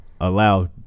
allow